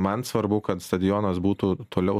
man svarbu kad stadionas būtų toliau